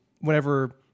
whenever